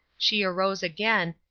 she arose again,